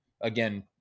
again